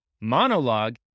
monologue